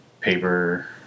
paper